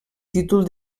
títol